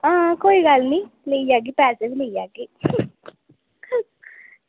आं कोई गल्ल निं लेई जाह्गी पैसे भी लेई जाह्गी